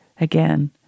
again